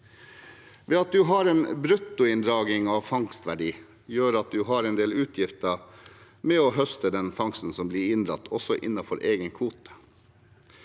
Det at man har en bruttoinndragning av fangstverdi, gjør at man har en del utgifter med å høste den fangsten som blir inndratt også innenfor egen kvote.